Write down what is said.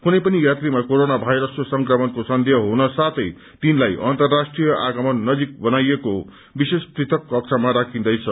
कुनै पनि यात्रीमा कोरोना भाइरसको संक्रमणको सन्देह हुनसाथै तिनलाई अन्तर्राष्ट्रीय आगमन नजिक बनाइएको विशेष पृथक कक्षमा राखिन्दैछ